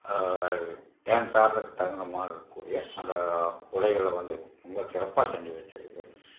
dance ஆடுறதுக்கு தகுந்த மாதிரி இருக்க கூடிய அந்த உடைகளை வந்து ரொம்ப சிறப்பாக செஞ்சி வச்சிருக்கிறோம்